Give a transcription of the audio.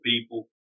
people